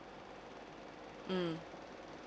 mm